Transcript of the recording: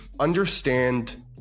understand